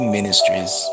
Ministries